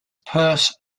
perce